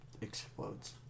explodes